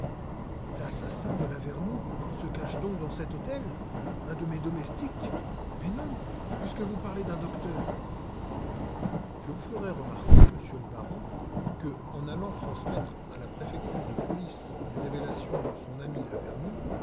l'assassin de lavernoux se cache donc dans cet hôtel un de mes domestiques mais non puisque vous parlez d'un docteur je vous ferai remarquer monsieur le baron que en allant transmettre à la préfecture de police les révélations de son ami lavernoux